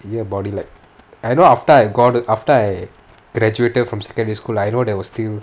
என்:en body lah I know after I got after I graduated from secondary school I know there was still